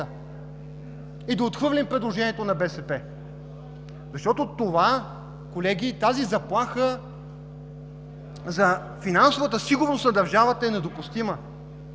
и да отхвърлим предложението на БСП, защото тази заплаха за финансовата стабилност на държавата е недопустима.